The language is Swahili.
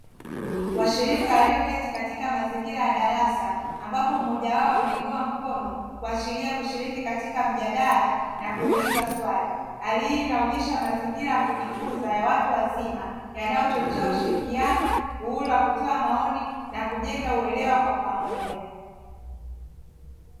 Washirika walioketi katika mazingira ya darasa ambapo mmoja wao ameinua mkono kuashiria kushiriki katika mjadala na kuuliza swali, hali hii inaonyesha mazingira ya kujifunza ya watu wazima yanayochochea ushirikiano, uhuru wa kutoa maoni na kujenga uelewa kwa pamoja.